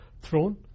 throne